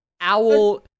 Owl